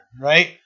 right